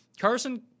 Carson